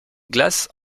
glaces